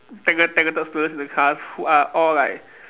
talented talented students in the class who are all like